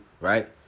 Right